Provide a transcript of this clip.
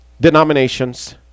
denominations